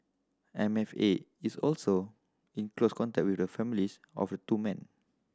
M F A is also in close contact with the families of the two men